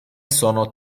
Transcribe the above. sono